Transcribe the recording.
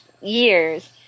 years